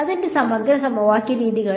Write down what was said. അതിന്റെ സമഗ്ര സമവാക്യ രീതികൾ